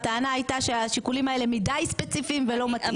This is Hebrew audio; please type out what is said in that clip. הטענה הייתה שהשיקולים האלה מדי ספציפיים ולא מתאימים.